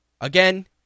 Again